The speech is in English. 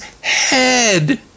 head